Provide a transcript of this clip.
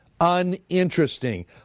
Uninteresting